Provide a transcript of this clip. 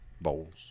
Bowls